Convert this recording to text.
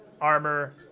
armor